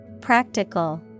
Practical